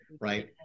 right